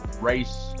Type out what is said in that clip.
race